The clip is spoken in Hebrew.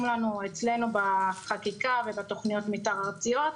לנו אצלנו בחקיקה ובתוכנית מתאר ארציות,